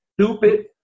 stupid